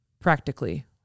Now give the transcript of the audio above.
practically